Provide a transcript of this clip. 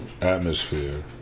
atmosphere